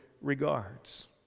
regards